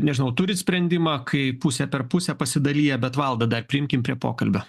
nežinau turite sprendimą kai pusę per pusę pasidaliję bet valdą dar priimkim prie pokalbio